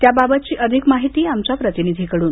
त्याबाबतची अधिक माहिती आमच्या प्रतिनिधीकडून